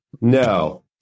No